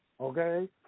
Okay